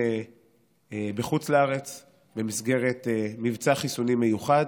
בחוץ לארץ במסגרת מבצע חיסונים מיוחד,